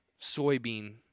soybean